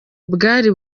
bwari